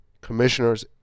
commissioners